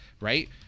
right